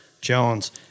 Jones